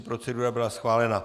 Procedura byla schválena.